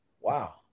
Wow